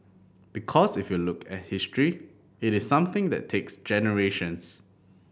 because if you look at history it is something that takes generations